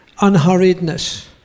unhurriedness